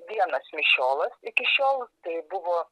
vienas mišiolas iki šiol tai buvo